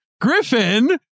Griffin